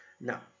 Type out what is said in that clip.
Now